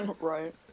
Right